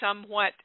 somewhat